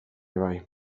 bai